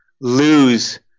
lose